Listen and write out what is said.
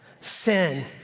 Sin